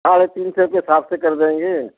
साढ़े तीन सौ के हिसाब से कर देंगे